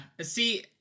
See